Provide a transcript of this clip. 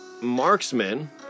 Marksman